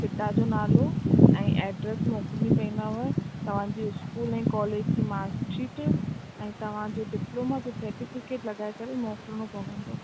पिता जो नालो ऐं एड्रेस मोकिलिणी पईंदव तव्हांजे स्कूल ऐं कॉलेज जी मार्क शीट ऐं तव्हांजो डिप्लोमा जो सेर्टिफ़िकेट लगाए करे मोकिलिणो पवंदो